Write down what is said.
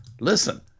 listen